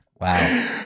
Wow